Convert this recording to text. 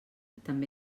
també